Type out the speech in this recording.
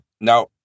Now